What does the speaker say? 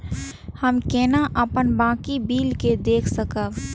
हम केना अपन बाकी बिल के देख सकब?